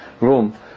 room